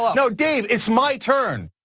like no dave, it's my turn.